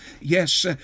Yes